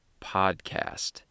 podcast